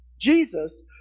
Jesus